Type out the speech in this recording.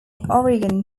oregon